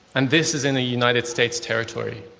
and this is in a united states territory.